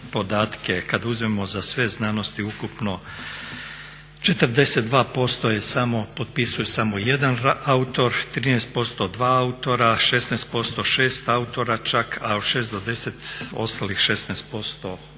kad uzmemo za sve znanosti ukupno 42% je samo potpisuju samo 1 autor, 13% 2 autora, 16% 6 autora čak, a od 6 do 10% ostalih 16%